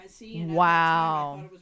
Wow